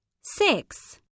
six